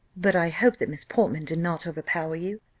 but i hope that miss portman did not overpower you.